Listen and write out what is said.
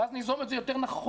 אז ניזום את זה יותר נכון.